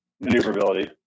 maneuverability